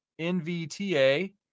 NVTA